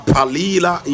Palila